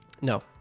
No